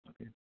okay